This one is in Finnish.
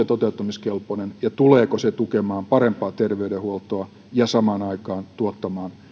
toteuttamiskelpoinen ja tuleeko se tukemaan parempaa terveydenhuoltoa ja samaan aikaan tuottamaan